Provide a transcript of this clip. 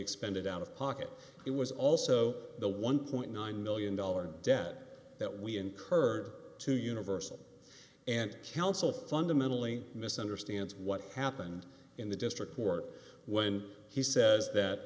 expended out of pocket it was also the one point nine million dollars debt that we incurred to universal and council fundamentally misunderstands what happened in the district court when he says that